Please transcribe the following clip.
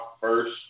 first